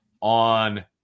on